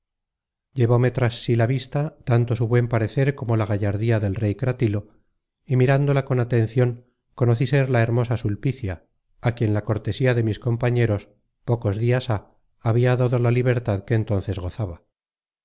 llevome tras sí la vista tanto su buen parecer como la gallardía del rey cratilo y mirándola con atencion conocí ser la hermosa sulpicia a quien la cortesía de mis compañeros pocos dias há habia dado la libertad que entonces gozaba